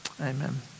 amen